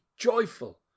joyful